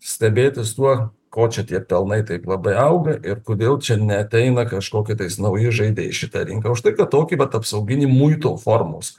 stebėtis tuo ko čia tie pelnai taip labai auga ir kodėl čia neateina kažkokie tais nauji žaidėjai į šitą rinką užtai kad tokį vat apsauginį muito formos